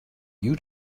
you